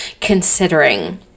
considering